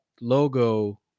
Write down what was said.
logo